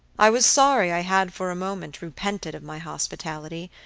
i was sorry i had for a moment repented of my hospitality,